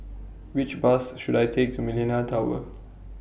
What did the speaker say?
Which Bus should I Take to Millenia Tower